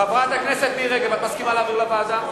חברת הכנסת מירי רגב, את מסכימה להעביר לוועדה?